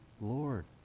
Lord